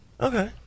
Okay